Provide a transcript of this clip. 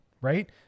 right